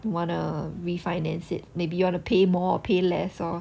wanna refinance it maybe you want to pay more or pay less or